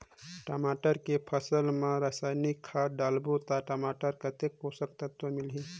टमाटर के फसल मा रसायनिक खाद डालबो ता टमाटर कतेक पोषक तत्व मिलही?